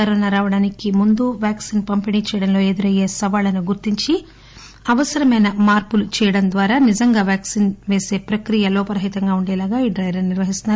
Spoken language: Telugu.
కరోనా రావడానికి ముందు వ్యాక్నిన్ పంపిణీ చేయడంలో ఎదురయ్యే సవాళ్ళను గుర్తించి అవసరమైన మార్పులు చేయడం ద్వారా నిజంగా వ్యాక్సిన్ వేసే ప్రక్రియ లోపరహితంగా ఉండేలా ఈ డైరన్ నిర్వహిస్తున్నారు